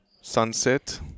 Sunset